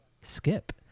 Skip